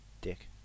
Dick